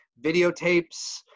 videotapes